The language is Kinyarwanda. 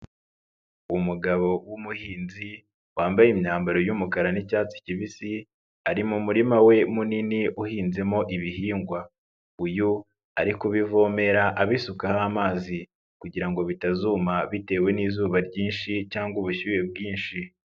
Umugabo w'umuhinzi wambaye imyambaro y'umukara n'icyatsi kibisi ari mu murima we munini uhinzemo ibihingwa, uyu ari kubivomera abisukaho amazi kugira ngo bitazuma bitewe n'izuba ryinshi cyangwa ubushyuhe bwinshi.